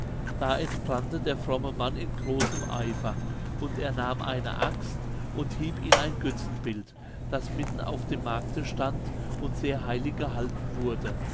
da entbrannte der fromme mann in großem eifer und er nahm eine axt und hieb in ein götzenbild das mitten auf dem markte stand und sehr heilig gehalten wurde